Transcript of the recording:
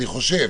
אני חושב